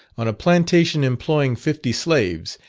on a plantation employing fifty slaves,